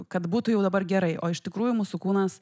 kad būtų jau dabar gerai o iš tikrųjų mūsų kūnas